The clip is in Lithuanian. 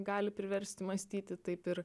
gali priversti mąstyti taip ir